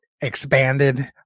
expanded